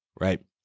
right